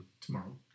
tomorrow